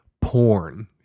porn